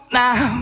now